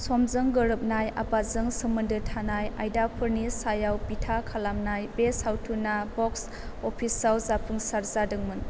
समजों गोरोबनाय आबादजों सोमोन्दो थानाय आयदाफोरनि सायाव बिथा खालामनाय बे सावथुना बक्स अफिसाव जाफुंसार जादोंमोन